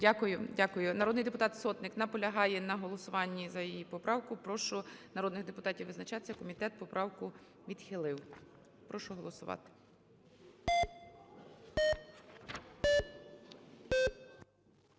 дякую. Народний депутат Сотник наполягає на голосуванні за її поправку. Прошу народних депутатів визначатися, комітет поправку відхилив, прошу голосувати.